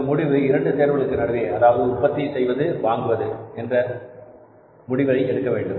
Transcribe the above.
இந்த முடிவு 2 தேர்வுகளுக்கு நடுவே அதாவது உற்பத்தி செய்வது வாங்குவதா என்ற முடிவை எடுக்க வேண்டும்